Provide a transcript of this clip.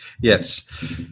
Yes